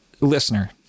listener